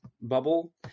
bubble